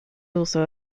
also